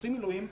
שעושים מילואים,